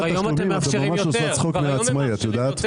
את ממש עושה צחוק מהעצמאים, את יודעת?